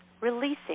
releasing